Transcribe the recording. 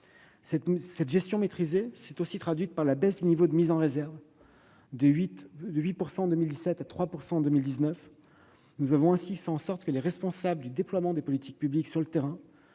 Cette gestion maîtrisée s'est traduite par la baisse du niveau de mise en réserve de 8 % en 2017 à 3 % en 2019. Nous avons ainsi fait en sorte que les responsables du déploiement des politiques publiques sur le terrain